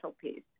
piece